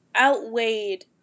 outweighed